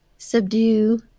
subdue